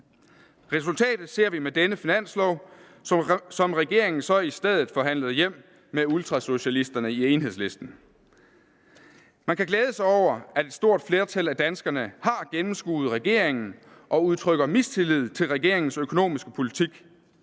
Resultatet ser vi med denne finanslov, som regeringen så i stedet forhandlede hjem med ultrasocialisterne i Enhedslisten. Man kan glæde sig over, at et stort flertal af danskerne har gennemskuet regeringen og udtrykker mistillid til regeringens økonomiske politik.